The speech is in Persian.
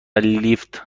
لیفت